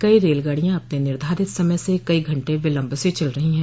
कई रेलगाड़ियां अपने निर्धारित समय से कई घंटे विलम्ब से चल रही है